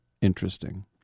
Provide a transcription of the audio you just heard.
interesting